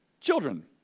children